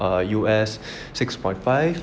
err U_S six point five